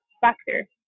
factor